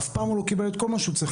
אף פעם הוא לא קיבל את כל מה שהוא צריך,